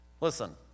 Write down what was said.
Listen